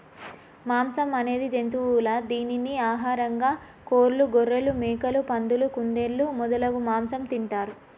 మాంసం అనేది జంతువుల దీనిని ఆహారంగా కోళ్లు, గొఱ్ఱెలు, మేకలు, పందులు, కుందేళ్లు మొదలగు మాంసం తింటారు